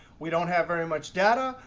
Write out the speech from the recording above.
we don't have very much data.